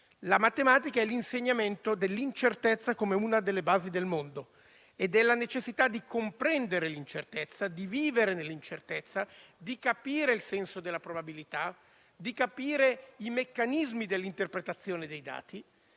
certezza; è l'insegnamento dell'incertezza come una delle basi del mondo e della necessità di comprendere l'incertezza, di vivere nell'incertezza, di capire il senso della probabilità e di capire i meccanismi dell'interpretazione dei dati.